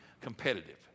competitive